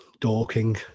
Dorking